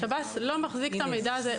שב"ס לא מחזיק את המידע הזה,